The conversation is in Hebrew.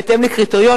בהתאם לקריטריונים,